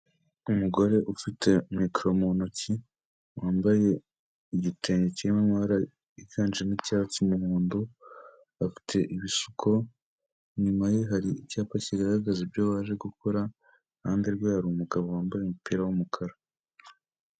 Umugore ufite mikoro mu ntoki wambaye igitenge kirimo amabara y'iganje icyatsi umuhondo afite ibishuko inyuma ye hari icyapa kigaragaza ibyo waje gukora, iruhande rwe hari umugabo wambaye umupira w'umukara.